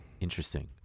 Interesting